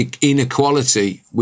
inequality